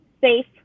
safe